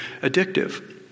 addictive